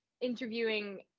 interviewing